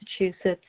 Massachusetts